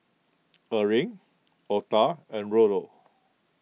Erling Octa and Rollo